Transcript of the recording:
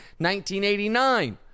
1989